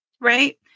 right